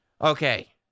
Okay